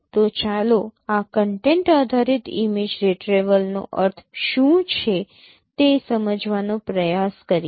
તો ચાલો આ કન્ટેન્ટ આધારિત ઇમેજ રિટ્રીવલ નો અર્થ શું છે તે સમજવાનો પ્રયાસ કરીએ